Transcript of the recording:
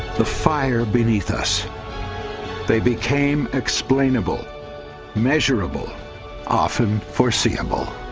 the fire beneath us they became explainable measurable often foreseeable